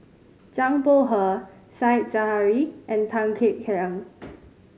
Zhang Bohe Said Zahari and Tan Kek Hiang